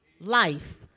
life